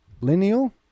lineal